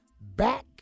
back